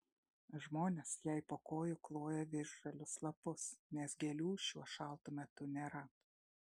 žmonės jai po kojų kloja visžalius lapus nes gėlių šiuo šaltu metu nėra